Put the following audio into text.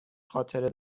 خاطره